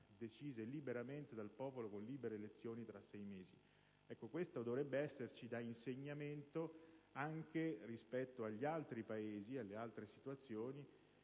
decise liberamente dal popolo, con libere elezioni tra sei mesi. Questo dovrebbe esserci da insegnamento anche rispetto agli altri Paesi e alle altre situazioni